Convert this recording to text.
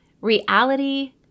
Reality